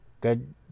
good